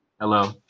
hello